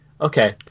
Okay